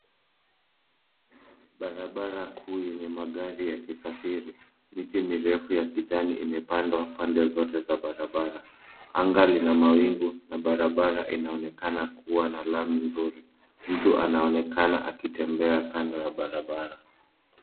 Barabara kuu yenye magari yakisafiri. Miti mirefu ya kijani imepandwa pande zote za barabara. Anga lina mawingu na barabara inaonekana kuwa na lami nzuri. Mtu anaonekana akitembea kando ya barabara.